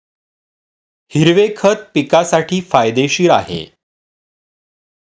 हिरवे खत पिकासाठी फायदेशीर आहे